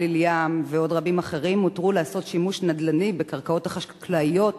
גליל-ים ועוד רבים אחרים הותר לעשות שימוש נדל"ני בקרקעות החקלאיות